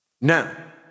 Now